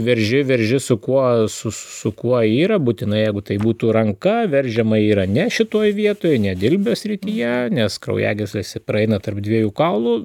verži verži su kuo su su kuo yra būtinai jeigu tai būtų ranka veržiama yra ne šitoj vietoj ne dilbio srityje nes kraujagyslėse praeina tarp dviejų kaulų